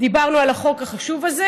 דיברנו על החוק החשוב הזה,